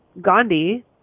Gandhi